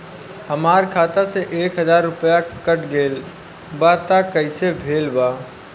हमार खाता से एक हजार रुपया कट गेल बा त कइसे भेल बा?